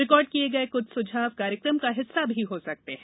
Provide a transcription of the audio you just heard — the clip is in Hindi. रिकॉर्ड किये गए क्छ सुझाव कार्यक्रम का हिस्सा भी हो सकते हैं